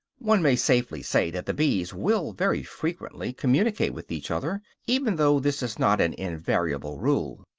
one may safely say that the bees will very frequently communicate with each other, even though this is not an invariable rule.